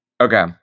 Okay